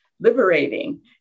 liberating